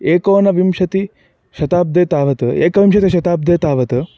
एकोनविंशतिशाताब्दे तावत् एकविंशतिशताब्दे तावत्